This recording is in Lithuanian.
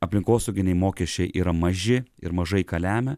aplinkosauginiai mokesčiai yra maži ir mažai ką lemia